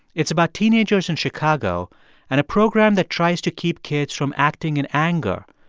it's about teenagers in chicago and a program that tries to keep kids from acting in anger,